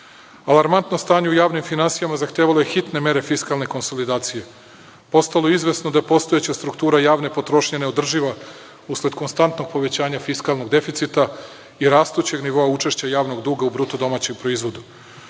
stanje u javnim finansijama zahtevalo je hitne mere fiskalne konsolidacije. Postalo je izvesno da postojeća struktura javne potrošnje je neodrživa usled konstantnog povećanja fiskalnog deficita i rastućeg nivoa učešća javnog duga u BDP.Isto tako, prvi